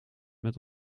met